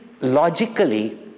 logically